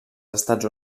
estats